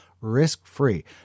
risk-free